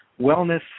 wellness